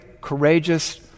courageous